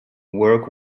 work